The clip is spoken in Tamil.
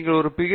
நீங்கள் ஒரு பி